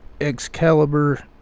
Excalibur